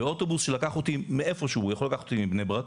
באוטובוס שלקח אותי מאיפה שהוא הוא יכול לקחת אותי מבני ברק,